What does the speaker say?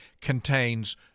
contains